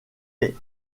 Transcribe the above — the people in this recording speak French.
est